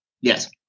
Yes